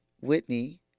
Whitney